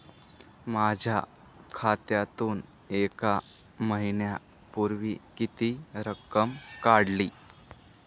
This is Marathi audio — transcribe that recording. माझ्या खात्यातून एक महिन्यापूर्वी किती रक्कम काढली?